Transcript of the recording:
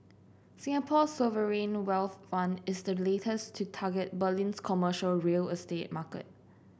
Singapore's sovereign wealth fund is the latest to target Berlin's commercial real estate market